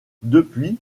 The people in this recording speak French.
depuis